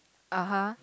(uh huh)